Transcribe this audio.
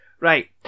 Right